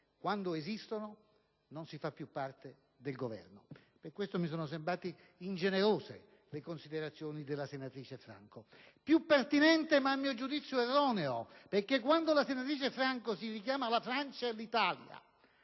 Quando esistono, non si fa più parte del Governo. Per questo, mi sono sembrate ingenerose le considerazioni della senatrice Franco, più pertinenti ma a mio giudizio erronee, perché ella si è richiamata alla Francia. Ma la